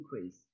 increase